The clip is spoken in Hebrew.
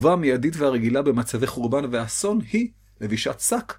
התגובה המיידית והרגילה במצבי חורבן ואסון היא לבישת שק.